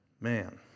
man